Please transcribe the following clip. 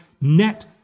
net